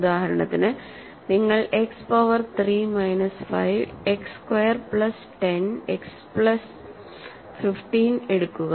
ഉദാഹരണത്തിന് നിങ്ങൾ x power 3 minus 5 x square plus 10 x plus 15 എടുക്കുക